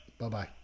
bye-bye